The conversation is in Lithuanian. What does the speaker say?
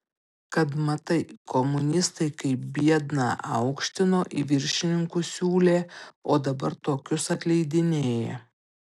kad matai komunistai kaip biedną aukštino į viršininkus siūlė o dabar tokius atleidinėja